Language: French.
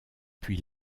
puis